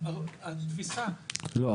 התפיסה לא,